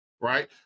right